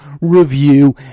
review